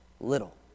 little